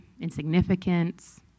insignificance